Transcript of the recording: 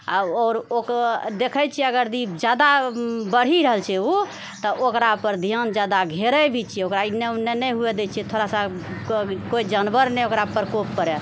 आओर आओर ओकरा देखै छियै अगर जादा बढ़ि रहल छै उ तऽ ओकरापर ध्यान जादा घेरै भी छियै एने ओने नहि हुए दै छियै थोड़ा सा कोइ जानवर नहि ओकरा प्रकोप करै